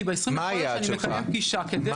כי ב-20 ביולי אני מקדם פגישה בנושא הזה.